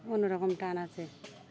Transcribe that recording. অন্য রকম টান আছে